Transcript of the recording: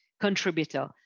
contributor